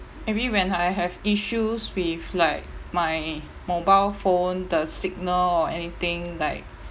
maybe when I have issues with like my mobile phone the signal or anything like